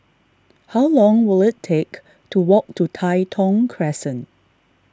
how long will it take to walk to Tai Thong Crescent